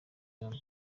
yombi